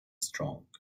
strong